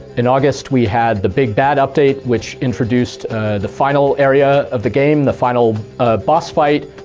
in august we had the big bad update, which introduced the final area of the game, the final ah boss fight,